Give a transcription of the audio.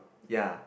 ya